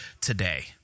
today